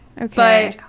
Okay